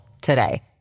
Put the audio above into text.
today